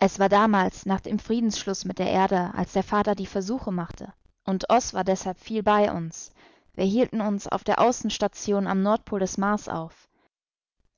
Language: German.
es war damals nach dem friedensschluß mit der erde als der vater die versuche machte und oß war deshalb viel bei uns wir hielten uns auf der außenstation am nordpol des mars auf